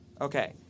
Okay